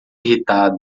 irritado